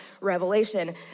Revelation